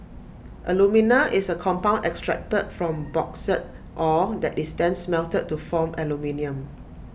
alumina is A compound extracted from bauxite ore that is then smelted to form aluminium